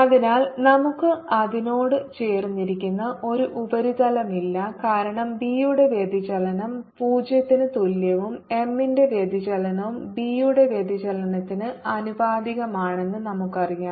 അതിനാൽ നമുക്ക് അതിനോട് ചേർന്നിരിക്കുന്ന ഒരു ഉപരിതലമില്ല കാരണം B യുടെ വ്യതിചലനം 0 ന് തുല്യവും M ന്റെ വ്യതിചലനവും B യുടെ വ്യതിചലനത്തിന് ആനുപാതികമാണെന്ന് നമുക്കറിയാം